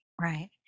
Right